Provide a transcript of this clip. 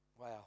Wow